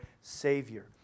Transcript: Savior